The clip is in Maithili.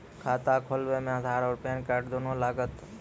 खाता खोलबे मे आधार और पेन कार्ड दोनों लागत?